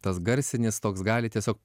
tas garsinis toks gali tiesiog